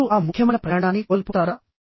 మీరు ఆ ముఖ్యమైన ప్రయాణాన్ని కోల్పోతారా